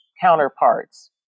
counterparts